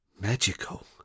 magical